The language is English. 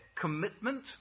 commitment